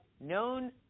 known